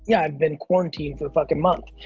yeah i've been quarantined for a fucking month.